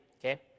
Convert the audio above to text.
Okay